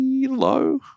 low